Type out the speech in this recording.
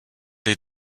les